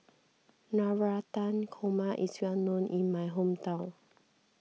Navratan Korma is well known in my hometown